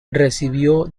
recibió